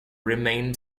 remained